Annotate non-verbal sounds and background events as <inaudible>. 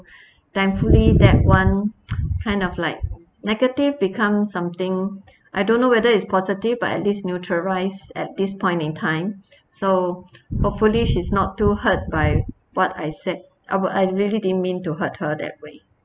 thankfully that one <noise> kind of like negative become something I don't know whether it's positive but at least neutralise at this point in time so hopefully she's not too hurt by what I said I would I really didn't mean to hurt her that way